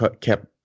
kept